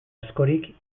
askorik